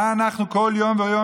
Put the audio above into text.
איזה תלונות אנחנו מקבלים כל יום ויום